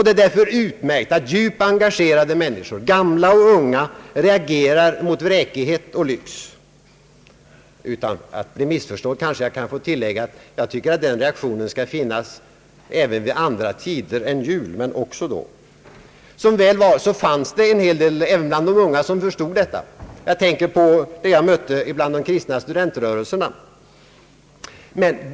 Det är där för utmärkt att djupt engagerade människor, gamla och unga, reagerar mot vräkighet och lyx. Utan att bli missförstådd kanske jag kan få tillägga att jag anser att den reaktionen bör finnas inte enbart vid jultid, men också då. Som väl var fanns det en hel del människor, även unga, som förstod detta — jag tänker bland annat på dem jag mött inom de kristna studentrörelserna.